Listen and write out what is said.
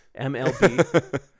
MLB